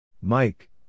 Mike